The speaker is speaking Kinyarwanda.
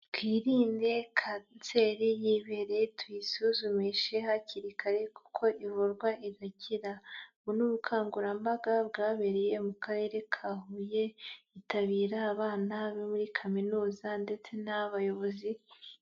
Twirinde kanseri y'ibereye tuyisuzumishe hakiri kare kuko ivurwa igakira, ubu ni ubukangurambaga bwabereye mu karere ka Huye hitabira abana bo muri kaminuza ndetse n'abayobozi.